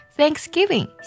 Thanksgiving